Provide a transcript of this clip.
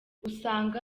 usanga